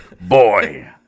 Boy